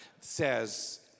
says